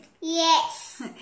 Yes